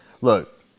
Look